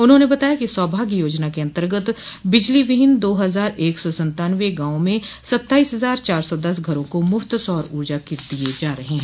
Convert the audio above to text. उन्होंने बताया कि सौभाग्य योजना के अन्तर्गत बिजली विहीन दो हजार एक सौ सत्तानवें गांवों में सत्ताईस हजार चार सौ दस घरों को मुफ्त सौर ऊर्जा किट दिये जा रहे हैं